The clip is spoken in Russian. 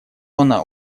она